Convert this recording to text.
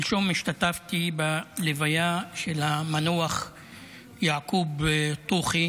שלשום השתתפתי בלוויה של המנוח יעקוב טוחי